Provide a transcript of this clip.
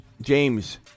James